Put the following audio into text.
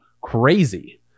crazy